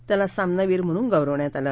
त्याला सामनावीर म्हणून गौरवण्यात आलं